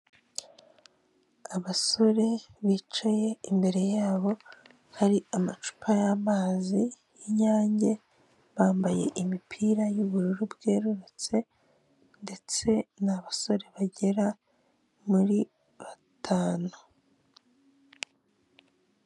Abasore bicaye imbere yabo hari amacupa y'amazi y'inyange bambaye imipira yubururu bwerurutse ndetse ni abasore bagera muri batanu .